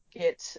get